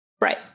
Right